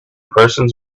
persons